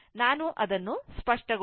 ನಾನು ಅದನ್ನು ಸ್ಪಷ್ಟಗೊಳಿಸುತ್ತೇನೆ